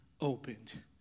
opened